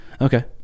Okay